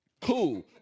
cool